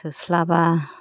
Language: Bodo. थोस्लाबा